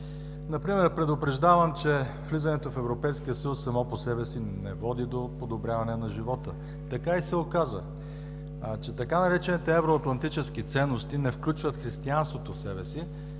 Например, предупреждавам, че влизането в Европейския съюз само по себе си не води до подобряване на живота. Така и се оказа, че така наречените „евроатлантически ценности“ не включват християнството в себе си,